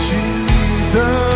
Jesus